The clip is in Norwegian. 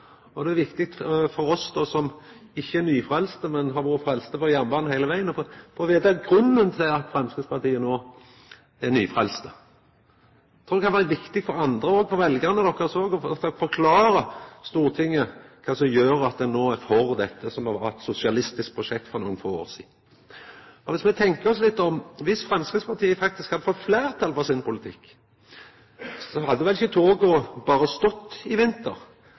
Då er det viktig for oss som ikkje er nyfrelste, men som har vore frelste på jernbanen heile vegen, å få vita grunnen til at Framstegspartiet no er nyfrelst. Eg trur det kan vera viktig for andre òg – for veljarane òg – at ein forklarer Stortinget kva som gjer at ein no er for dette som var eit sosialistisk prosjekt for nokre få år sidan. Viss me tenkjer oss litt om: Viss Framstegspartiet faktisk hadde fått fleirtal for sin politikk, så hadde vel ikkje toga berre stått i nokre veker i vinter,